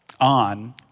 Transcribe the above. on